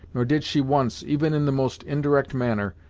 nor did she once, even in the most indirect manner,